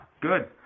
good